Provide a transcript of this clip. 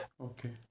Okay